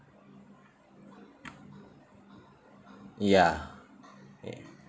ya eh